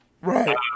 Right